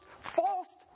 false